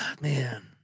man